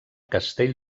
castell